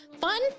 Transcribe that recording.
Fun